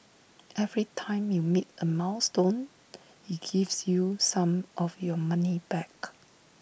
every time you meet A milestone he gives you some of your money back